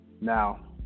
now